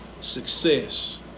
success